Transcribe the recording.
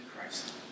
Christ